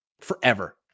Forever